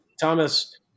Thomas